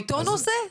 באותו נושא?